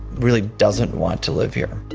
really doesn't want to live here